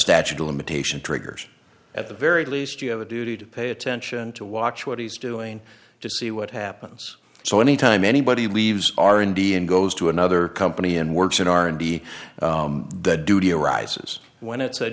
statute of limitation triggers at the very least you have a duty to pay attention to watch what he's doing to see what happens so any time anybody leaves our indian goes to another company and works in r and d the duty arises when it